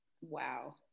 wow